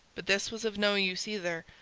but this was of no use either,